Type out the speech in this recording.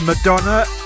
Madonna